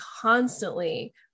constantly